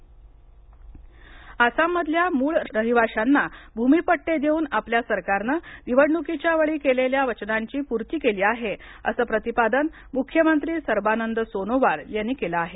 आसाम भूमी पड्टे आसाम मधल्या मूळ रहिवाश्यांना भूमी पट्टे देऊन आपल्या सरकारने निवडणूकीच्या वेळी केलेल्या वचनाची पूर्ती केली आहे असं प्रतिपादन मुख्यमंत्री सर्बानंद सोनोवाल यांनी केलं आहे